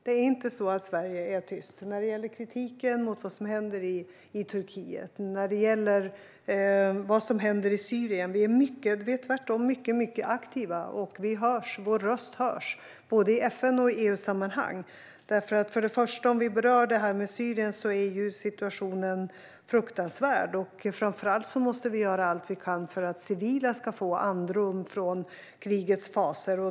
Det är inte så att Sverige är tyst när det gäller kritiken mot vad som händer i Turkiet och när det gäller vad som händer i Syrien. Vi är tvärtom mycket aktiva, och vår röst hörs både i FN och i EU-sammanhang. När det gäller Syrien är situationen fruktansvärd där. Framför allt måste vi göra allt vi kan för att civila ska få andrum från krigets fasor.